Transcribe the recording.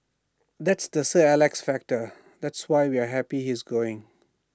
that's the sir Alex factor that's why we're happy he's going